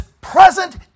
present